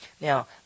Now